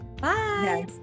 bye